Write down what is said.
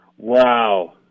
Wow